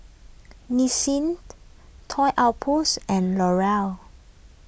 Nissin Toy Outpost and L'Oreal